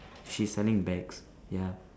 she's selling bags ya